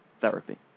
Therapy